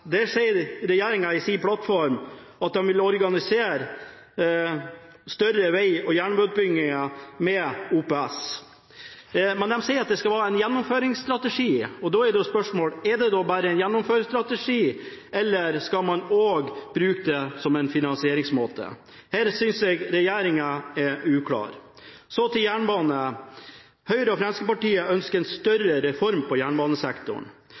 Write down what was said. Der sier regjeringa i sin plattform at de vil organisere større vei- og jernbaneutbygginger med OPS. Men de sier at det skal være en gjennomføringsstrategi, og da er spørsmålet: Er det bare en gjennomføringsstrategi, eller skal man også bruke det som en finansieringsmåte? Her synes jeg regjeringa er uklar. Så til jernbane. Høyre og Fremskrittspartiet ønsker en større reform på jernbanesektoren.